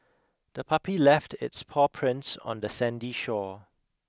the puppy left its paw prints on the sandy shore